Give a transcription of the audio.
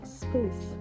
space